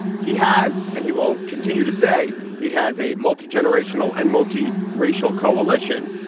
he has. and he will continue to say he has a multi-generational and multi racial coalition.